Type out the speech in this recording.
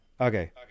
okay